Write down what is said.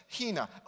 Hina